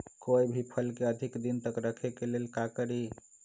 कोई भी फल के अधिक दिन तक रखे के लेल का करी?